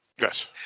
Yes